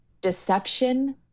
deception